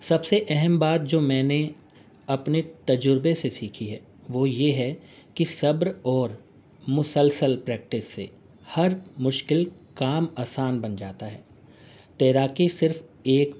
سب سے اہم بات جو میں نے اپنے تجربے سے سیکھی ہے وہ یہ ہے کہ صبر اور مسلسل پریکٹس سے ہر مشکل کام آسان بن جاتا ہے تیراکی صرف ایک